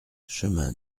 chemin